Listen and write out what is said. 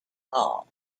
ball